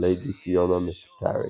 הליידי פיונה מקטארי.